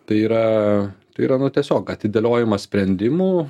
tai yra tai yra nu tiesiog atidėliojimas sprendimų